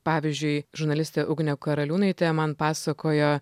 pavyzdžiui žurnalistė ugnė karaliūnaitė man pasakojo